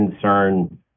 concern